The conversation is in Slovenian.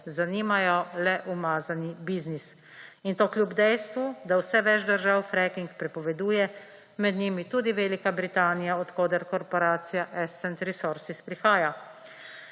zanima jo le umazani biznis; in to kljub dejstvu, da vse več držav fracking prepoveduje, med njimi tudi Velika Britanija, odkoder korporacija Ascent Resources prihaja.